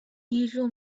usual